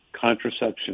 contraception